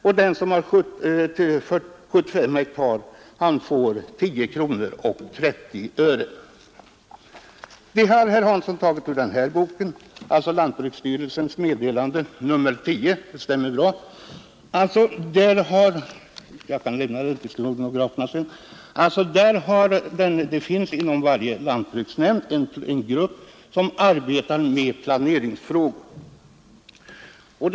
och att ett 75 hektars jordbruk med samma goda produktionsbetingelser endast ger 10:30 kr. i timlön.” Dessa uppgifter har herr Hansson hämtat ur lantbruksstyrelsens meddelanden serie A nr 10. Inom varje lantbruksnämnd finns en grupp som arbetar med planeringsfrågor.